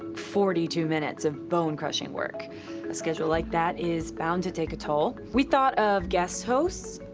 forty two minutes of bone-crushing work. a schedule like that is bound to take a toll. we thought of guest hosts.